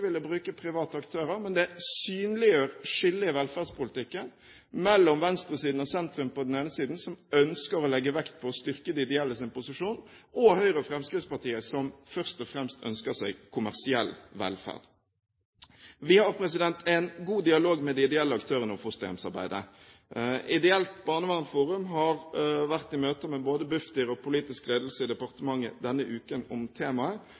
ville bruke private aktører. Men det synliggjør skillet i velferdspolitikken mellom venstresiden og sentrum på den ene siden, som ønsker å legge vekt på å styrke de ideelles posisjon, og Høyre og Fremskrittspartiet på den andre, som først og fremst ønsker seg kommersiell velferd. Vi har en god dialog med de ideelle aktørene om fosterhjemsarbeidet. Ideelt Barnevernsforum har vært i møte med både Bufdir og politisk ledelse i departementet denne uken om temaet.